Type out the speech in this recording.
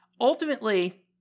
ultimately